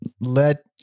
Let